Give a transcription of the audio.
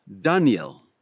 Daniel